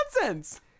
nonsense